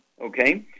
okay